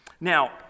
Now